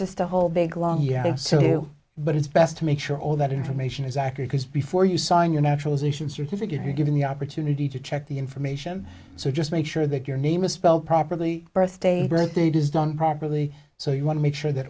just a whole big long but it's best to make sure all that information is accurate before you sign your naturalization certificate you're given the opportunity to check the information so just make sure that your name is spelled properly birthday birth date is done properly so you want to make sure that